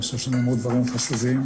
ואני חושב שנאמרו דברים חשובים,